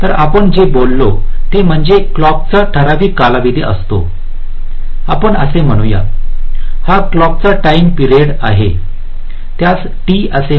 तर आपण जे बोललो ते म्हणजे क्लॉकचा ठराविक कालावधी असतो आपण असे म्हणूया हा क्लॉक चा टाईम पिरियड आहे त्यास T म्हणा